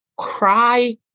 Cry